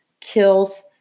kills